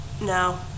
no